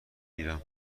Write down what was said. گیرم